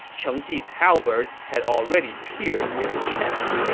cheng ji's halberd had already pierced his chest.